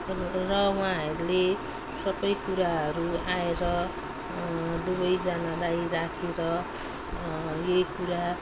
र उहाँहरूले सबै कुराहरू आएर दुवैजनालाई राखेर यही कुरा